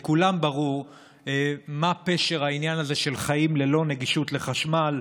לכולם ברור מה פשר העניין הזה של חיים ללא גישה לחשמל.